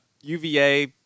UVA